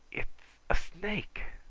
it's a snake!